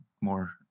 more